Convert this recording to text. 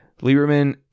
Lieberman